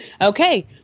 okay